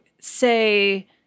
say